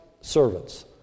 servants